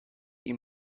ihm